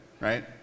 Right